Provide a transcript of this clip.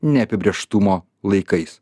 neapibrėžtumo laikais